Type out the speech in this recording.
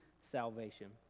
salvation